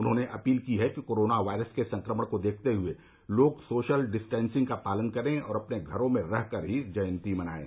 उन्होंने अपील की है कि कोरोना वायरस के संक्रमण को देखते हए लोग सोशल डिस्टेन्सिंग का पालन करें और अपने घरों में रह कर ही जयन्ती मनाएं